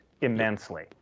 immensely